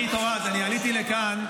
אני עליתי לכאן,